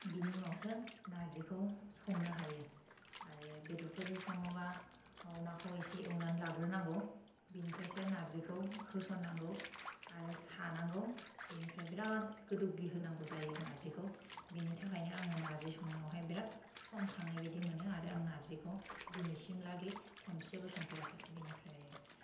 बेनि उनावसो नारजिखौ संनो हायो आरो बेदरफोरजों सङोबा अमाखौ इसे एवनानै लाग्रोनांगौ बिनिफ्रायसो नारजिखौ होस'न्नांगौ आरो सानांगौ बेनिफ्राय बिराद गोदौग्लिहोनांगौ जायो नारजिखौ बेनि थाखायनो आङो नारजिखौ संनायावहाय बिराद सम थांनाय बायदि मोनो आरो आं नारजिखौ दिनैसिम लागि खनसेबो संफोराखै बेनिफ्राय